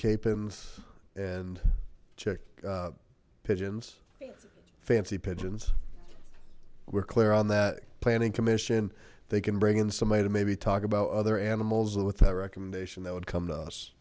pins and check pigeons fancy pigeons we're clear on that planning commission they can bring in somebody to maybe talk about other animals with that recommendation that would come to us